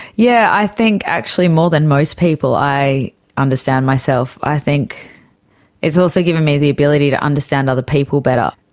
yeah i think actually more than most people i understand myself. i think it's also given me the ability to understand other people better.